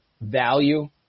value